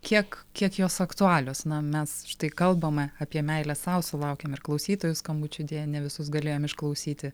kiek kiek jos aktualios na mes štai kalbame apie meilę sau sulaukėm ir klausytojų skambučių deja ne visus galėjom išklausyti